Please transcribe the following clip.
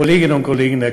להלן תרגומם הסימולטני